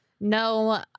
No